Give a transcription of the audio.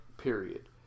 period